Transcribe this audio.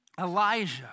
Elijah